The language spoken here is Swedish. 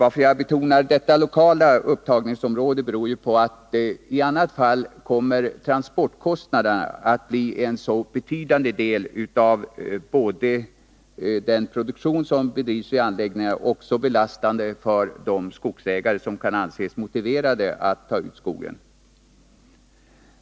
Att jag betonar synpunkten om ett lokalt upptagningsområde beror på att utan ett sådant transportkostnaderna kommer att bli betydande för den produktion som bedrivs vid anläggningarna och också belastande för de skogsägare som kan anses motiverade att ta ut skog.